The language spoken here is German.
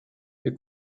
wir